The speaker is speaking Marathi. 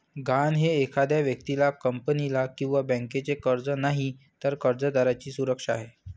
गहाण हे एखाद्या व्यक्तीला, कंपनीला किंवा बँकेचे कर्ज नाही, तर कर्जदाराची सुरक्षा आहे